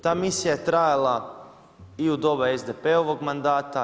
Ta misija je trajala i u doba SDP-ovog mandata.